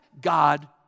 God